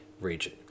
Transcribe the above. region